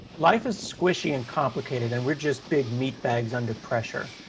life is squishy and complicated, and we're just big meat bags under pressure.